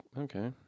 okay